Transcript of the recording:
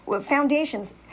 foundations